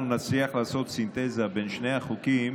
אנחנו נצליח לעשות סינתזה בין שני החוקים